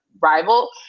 rival